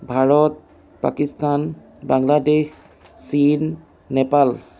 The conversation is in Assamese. ভাৰত পাকিস্তান বাংলাদেশ চীন নেপাল